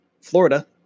Florida